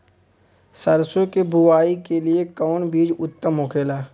सरसो के बुआई के लिए कवन बिज उत्तम होखेला?